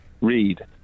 read